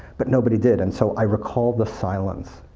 but nobody did. and so i recall the silence,